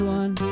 one